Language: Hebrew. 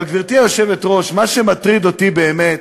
אבל, גברתי היושבת-ראש, מה שמטריד אותי באמת